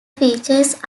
features